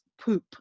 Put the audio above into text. poop